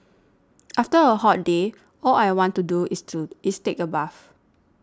after a hot day all I want to do is to is take a bath